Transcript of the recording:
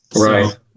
Right